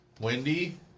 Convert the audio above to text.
wendy